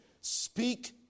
Speak